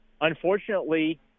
unfortunately